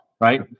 right